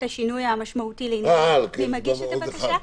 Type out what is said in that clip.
את השינוי המשמעותי לעניין מי מגיש את הבקשה.